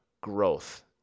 growth